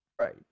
Right